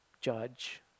judge